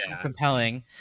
compelling